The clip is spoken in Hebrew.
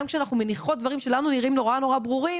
גם כשאנחנו מניחות דברים שלנו נראים נורא ברורים,